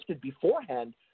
beforehand